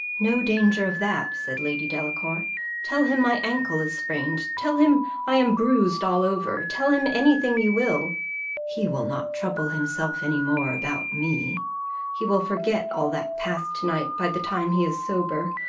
no danger of that, said lady delacour tell him my ankle is sprained tell him i am bruised all over tell him any thing you will he will not trouble himself any more about me he will forget all that passed to-night by the time he is sober.